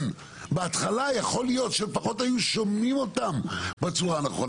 בהתחלה יכול להיות שלפחות היו שומעים אותם בצורה הנכונה.